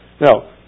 Now